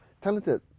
talented